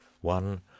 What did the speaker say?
one